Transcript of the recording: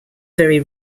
very